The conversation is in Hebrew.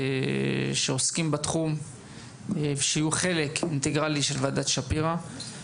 שעוסקים בתחום ויהיו חלק אינטגרלי מוועדת שפירא.